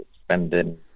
spending